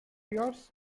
yours